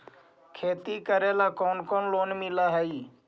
खेती करेला कौन कौन लोन मिल हइ?